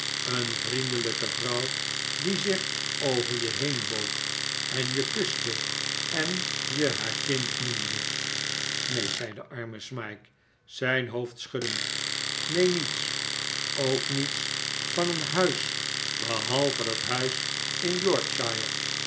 een vriendelijke vrouw die zich over je heenboog en je kuste en je haar kind noemde neen zei de arme smike zijn hoofd schuddend neen niets ook niets van een huis behalve dat huis in yorkshire